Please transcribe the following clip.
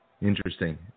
Interesting